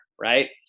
right